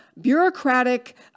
bureaucratic